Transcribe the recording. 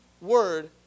word